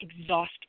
exhaust